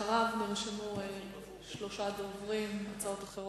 אחריו נרשמו שלושה דוברים להצעות אחרות,